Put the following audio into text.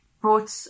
brought